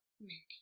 Mindy